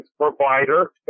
provider